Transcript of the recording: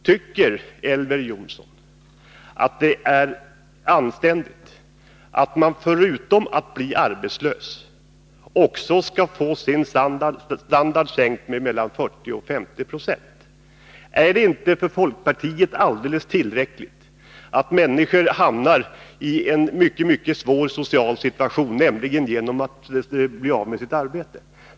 Tycker Elver Jonsson att det är anständigt att man förutom att man blir arbetslös också skall behöva få sin standard sänkt med 40-50 96? Tycker man inte från folkpartiet att det är alldeles tillräckligt att människor hamnar i en synnerligen svår social situation, som det ju är när människor blir av med sitt arbete?